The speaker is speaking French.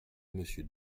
monsieur